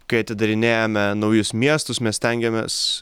kai atidarinėjame naujus miestus mes stengiamės